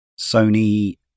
Sony